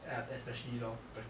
ya especially lor practical